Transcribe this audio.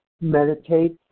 meditate